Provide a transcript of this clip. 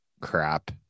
crap